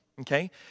okay